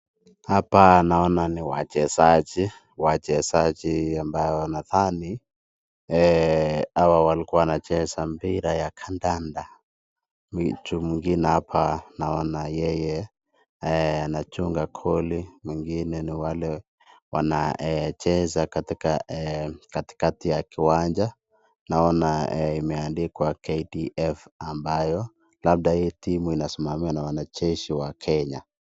Hapa naona ni wachezaji wachezaji ambao nadhani hawa walikuwa wanacheza mchezo wa kandanda. Mtu mwingine hapa naona yeye anachunga goli mwingine ni wale wanacheza katika ya kiwanja naona imeandikwa KDF ambayo labda hiyo timu inasimamiwa na wanajeshi wa kenya.